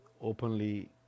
openly